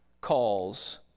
calls